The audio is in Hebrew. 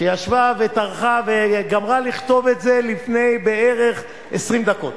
שישבה וטרחה וגמרה לכתוב את זה לפני בערך 20 דקות